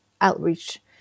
outreach